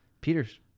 Peter's